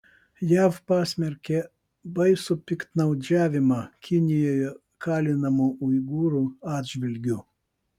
jav pasmerkė baisų piktnaudžiavimą kinijoje kalinamų uigūrų atžvilgiu